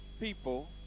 people